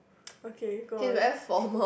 okay go on